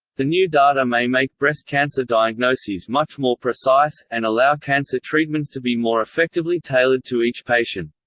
the new data may make breast cancer diagnoses much more precise, and allow cancer treatments to be more effectively tailored to each patient.